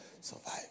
survive